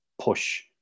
push